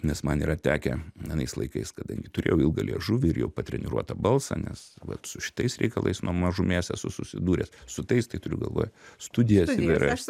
nes man yra tekę anais laikais kadangi turėjau ilgą liežuvį ir jau patreniruotą balsą nes vat su šitais reikalais nuo mažumės esu susidūręs su tais tai turiu galvoj studijas įvairiais